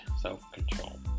self-control